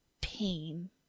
pain